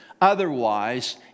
otherwise